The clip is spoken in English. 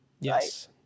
yes